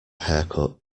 haircut